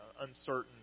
uncertain